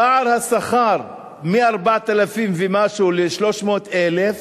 פער השכר, מ-4,000 ומשהו ל-300,000